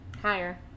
Higher